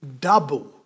double